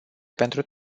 pentru